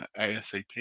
ASAP